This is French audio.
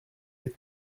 sept